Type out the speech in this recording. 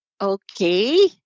Okay